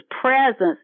presence